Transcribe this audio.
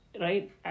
right